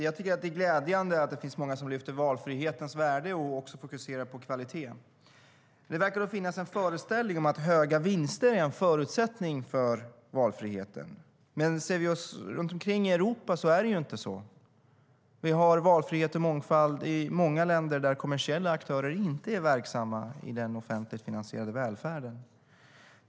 Herr talman! Det är glädjande att många lyfter fram värdet i valfriheten och fokuserar på kvalitet. Det verkar finnas en föreställning om att höga vinster är en förutsättning för valfriheten. Men om vi ser oss om i Europa är det inte så. Det finns valfrihet och mångfald i många länder där kommersiella aktörer inte är verksamma i den offentligt finansierade välfärden.